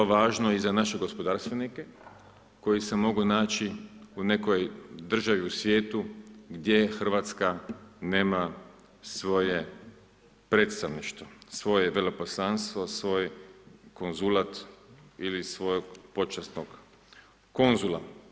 Isto tako je to važno i za naše gospodarstvenike koji se mogu naći u nekoj državi u svijetu gdje Hrvatska nema svoje predstavništvo, svoje veleposlanstvo, svoj konzulat ili svog počasnog konzula.